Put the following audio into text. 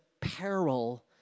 peril